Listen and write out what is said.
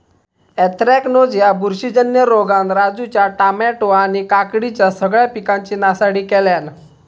anthracnose ह्या बुरशीजन्य रोगान राजूच्या टामॅटो आणि काकडीच्या सगळ्या पिकांची नासाडी केल्यानं